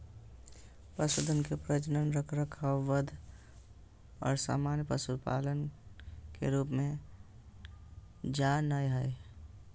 पशुधन के प्रजनन, रखरखाव, वध और सामान्य पशुपालन के रूप में जा नयय हइ